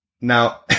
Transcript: now